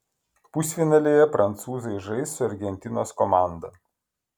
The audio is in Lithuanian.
pusfinalyje prancūzai žais su argentinos komanda